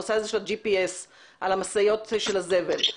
הנושא של ה-GPS על משאיות הזבל.